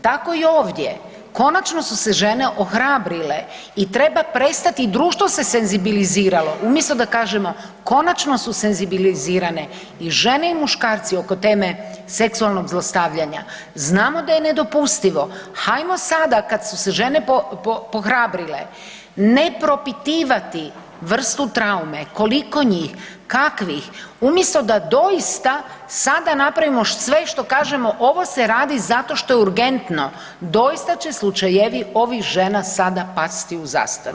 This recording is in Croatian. Tako i ovdje, konačno su se žene ohrabrile i treba prestati i društvo se senzibiliziralo, umjesto da kažemo konačno su senzibilizirane i žene i muškarci oko teme seksualnog zlostavljanja. znamo da je nedopustivo, hajmo sada kad su se žene pohrabrile nepropitivati vrstu traume koliko njih, kakvih umjesto da doista sada napravimo sve što kažemo ovo se radi zato što je urgentno doista će slučajevi ovih žena sada pasti u zastaru.